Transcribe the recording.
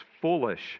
foolish